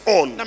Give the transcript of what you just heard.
on